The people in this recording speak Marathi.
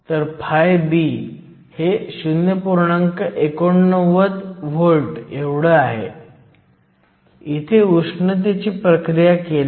तर 373 293 केल्विन किंवा 297 केल्विन जे खोलीचे तापमान आहे